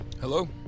Hello